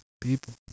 people